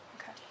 Okay